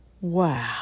wow